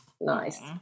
nice